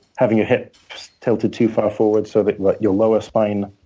having your hips tilted too far forward so that like your lower spine